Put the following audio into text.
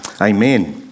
Amen